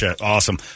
awesome